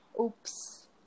Oops